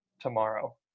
tomorrow